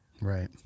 right